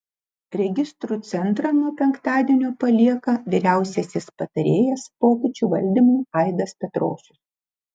registrų centrą nuo penktadienio palieka vyriausiasis patarėjas pokyčių valdymui aidas petrošius